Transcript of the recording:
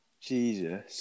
Jesus